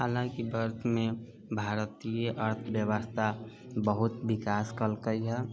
हालके वर्षमे भारतीय अर्थव्यवस्था बहुत विकास केलकै है